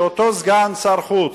שאותו סגן שר החוץ,